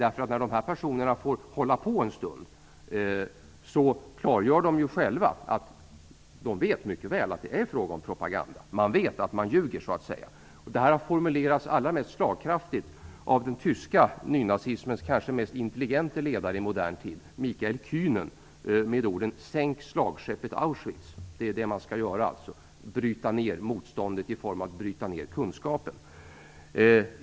När dessa personer får hålla på en stund klargör de själva att de mycket väl vet att det är fråga om propaganda. Man vet att man ljuger, så att säga. Detta har formulerats mest slagkraftigt av den tyska nynazismens kanske mest intellegente ledare i modern tid, Michael Kühnen, med orden "Sänk slagskeppet Auschwitz!" Detta är alltså vad man skall göra - bryta ned motståndet genom att bryta ned kunskapen.